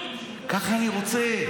כך אני רוצה.